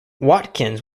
watkins